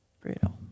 brutal